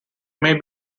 may